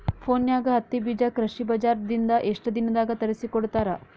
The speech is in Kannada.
ಫೋನ್ಯಾಗ ಹತ್ತಿ ಬೀಜಾ ಕೃಷಿ ಬಜಾರ ನಿಂದ ಎಷ್ಟ ದಿನದಾಗ ತರಸಿಕೋಡತಾರ?